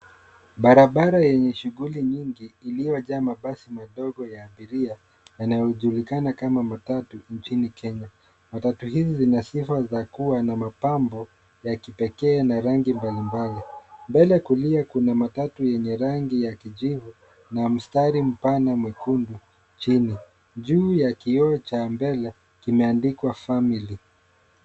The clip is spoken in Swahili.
Barabara yenye shughuli nyingi iliyojaa mabasi madogo ya abiria, yanayojulikana kama matatu nchini Kenya. Matatu hizi zina sifa za kuwa na mapambo ya kipekee na rangi mbalimbali. Mbele kulia, kuna matatu yenye rangi ya kijivu na mstari mpana mwekundu chini, juu ya kioo cha mbele kikimeandikwa family .